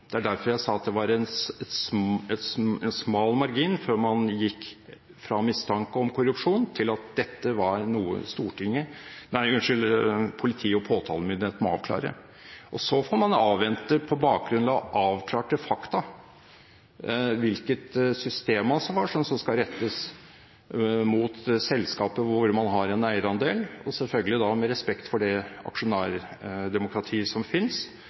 Det er derfor jeg sa at det var en smal margin før man gikk fra mistanke om korrupsjon, til at dette var noe politi og påtalemyndighet må avklare. Så får man avvente, på bakgrunn av avklarte fakta, hvilket systemansvar som skal rettes mot selskapet hvor man har en eierandel, selvfølgelig også med respekt for det aksjonærdemokratiet som finnes,